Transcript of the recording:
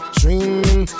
dreaming